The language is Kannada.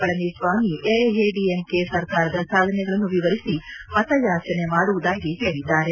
ಪಳನಿಸ್ವಾಮಿ ಎಐಎಡಿಎಂಕೆ ಸರ್ಕಾರದ ಸಾಧನೆಗಳನ್ನು ವಿವರಿಸಿ ಮತಯಾಚನೆ ಮಾಡುವುದಾಗಿ ಹೇಳಿದ್ದಾರೆ